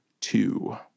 two